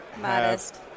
modest